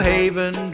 Haven